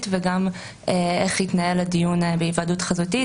וגם איך יתנהל הדיון בהיוועדות חזותית,